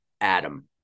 Adam